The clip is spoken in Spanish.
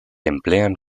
emplean